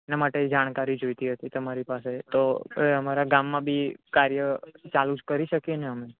એના માટે જાણકારી જોઈતી હતી તમારી પાસે તો અમારા ગામમાં બી કાર્ય ચાલુ કરી શકીએ ને અમે